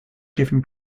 given